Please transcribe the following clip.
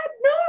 no